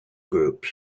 groups